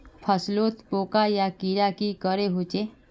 फसलोत पोका या कीड़ा की करे होचे?